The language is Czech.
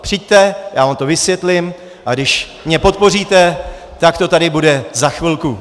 Přijďte, já vám to vysvětlím, a když mě podpoříte, tak to tady bude za chvilku.